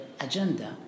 agenda